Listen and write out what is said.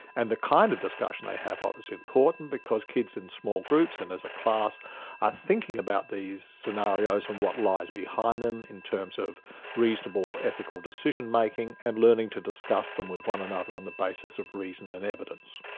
and the kind of discussion they have ah is important because kids in small groups and as a class are thinking about these scenarios and what lies behind them in terms of reasonable ethical decision-making, and learning to discuss them with one another on the basis of reason and evidence.